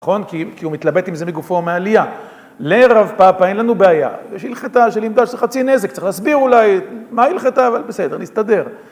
נכון כי הוא מתלבט עם זה מגופו מהעלייה. לרב פאפא אין לנו בעיה. יש הלכתה של עמדה של חצי נזק, צריך להסביר אולי מה ההלכתה, אבל בסדר, נסתדר.